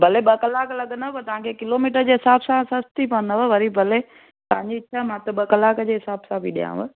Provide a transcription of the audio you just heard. भले ॿ कलाक लॻंदव तव्हांखे किलोमीटर जे हिसाब सां सस्ती पवंदव वरी भले तव्हांजी इछा मां त ॿ कलाक जे हिसाब सां बि ॾियांव